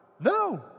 No